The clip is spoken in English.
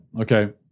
okay